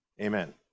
Amen